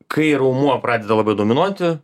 kai raumuo pradeda labiau dominuoti